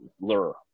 lure